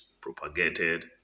propagated